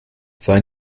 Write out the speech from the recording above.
sei